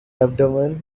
abdomen